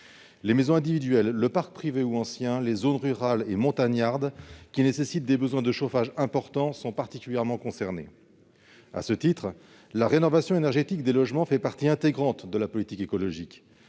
Les maisons individuelles, le parc privé ou ancien, les zones rurales et montagnardes, qui ont des besoins de chauffage importants, sont particulièrement concernés. À cet égard, la rénovation énergétique des logements fait partie intégrante de la politique écologique.